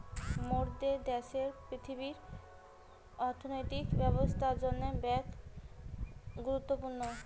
মোরদের দ্যাশের পৃথিবীর অর্থনৈতিক ব্যবস্থার জন্যে বেঙ্ক গুরুত্বপূর্ণ